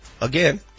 Again